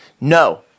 no